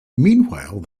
meanwhile